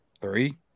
Three